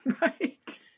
right